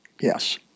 Yes